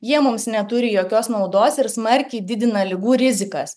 jie mums neturi jokios naudos ir smarkiai didina ligų rizikas